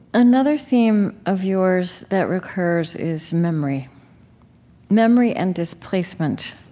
another theme of yours that recurs is memory memory and displacement.